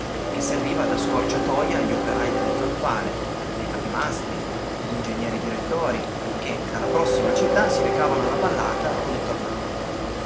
che serviva da scorciatoja agli operai delle zolfare ai capimastri a gl'ingegneri direttori che dalla prossima città si recavano alla vallata o ne tornavano